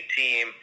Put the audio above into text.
team